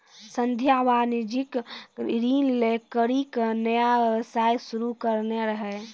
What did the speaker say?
संध्या वाणिज्यिक ऋण लै करि के नया व्यवसाय शुरू करने रहै